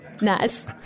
Nice